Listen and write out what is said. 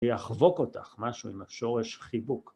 ‫להחבוק אותך, משהו עם השורש חיבוק.